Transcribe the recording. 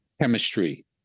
chemistry